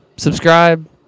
Subscribe